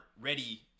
ready